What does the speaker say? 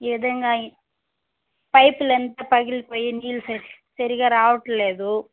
ఏదైనా pipe length పగిలిపోయి నీళ్ళు సరిగ సరిగ్గా రావటం లేదు